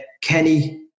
Kenny